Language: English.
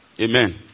Amen